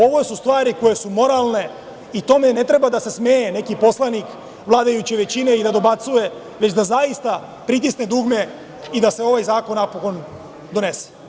Ovo su stvari koje su moralne, i tome ne treba da se smeje neki poslanik vladajuće većine i da dobacuje, već da zaista pritisne dugme i da se ovaj zakon, napokon, donese.